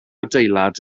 adeilad